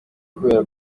kubera